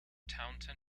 taunton